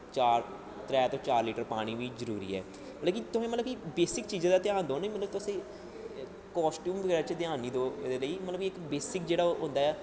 त्रै तो चार लीटर पानी बी जरूरी ऐ तुस मतलब बेसिक चीज़ें दा ध्यान देओ तुस कासटूम बगैरा च ध्यान नेईं देओ ओह्दे लेई मतलब बेसिक जेह्ड़ा होंदा